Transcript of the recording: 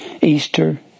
Easter